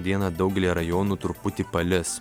dieną daugelyje rajonų truputį palis